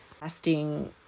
lasting